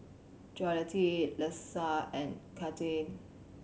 Jolette Lesa and Kathlyn